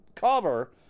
cover